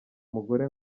umugore